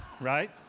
right